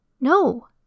No